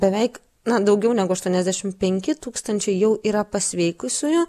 beveik na daugiau negu aštuoniasdešim penki tūkstančiai jau yra pasveikusiųjų